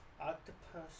Octopus